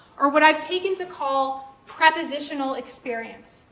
or what i've taken to call prepositional experience.